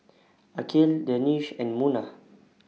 Aqil Danish and Munah